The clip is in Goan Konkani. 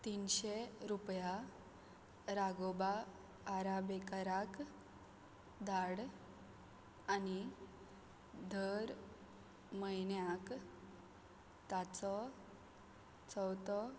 तिनशे रुपया रागोबा आराबेकराक धाड आनी धर म्हयन्याक ताचो चवथो